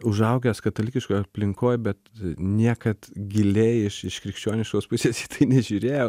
užaugęs katalikiškoj aplinkoj bet niekad giliai iš iš krikščioniškos pusės į tai nežiūrėjau